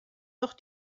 doch